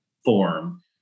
form